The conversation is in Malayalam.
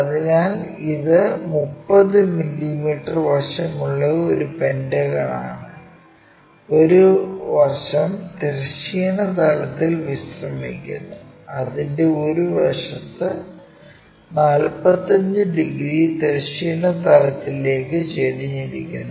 അതിനാൽ ഇത് 30 മില്ലീമീറ്റർ വശമുള്ള ഒരു പെന്റഗൺ ആണ് ഒരു വശം തിരശ്ചീന തലത്തിൽ വിശ്രമിക്കുന്നു അതിന്റെ ഒരു വശത്ത് 45 ഡിഗ്രി തിരശ്ചീന തലത്തിലേക്ക് ചരിഞ്ഞിരിക്കുന്നു